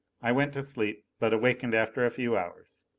i went to sleep, but awakened after a few hours.